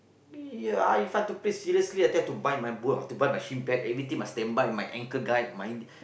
ya If I have to play seriously I think I have to buy my boot I have to buy my shin pad everything must standby my ankle guard